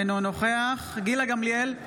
אינו נוכח גילה גמליאל,